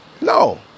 No